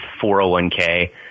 401k